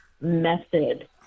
method